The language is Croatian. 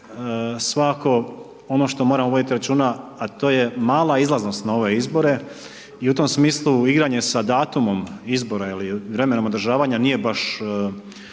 svakako ono što moramo voditi računa, a to je mala izlaznost na ove izbore i u tom smislu igranje sa datumom izbora ili vremenom održavanja nije baš